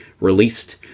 released